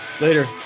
Later